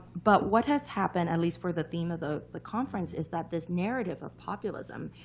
but what has happened, at least for the theme of the the conference, is that this narrative of populism,